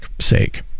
sake